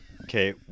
okay